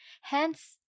hence